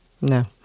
No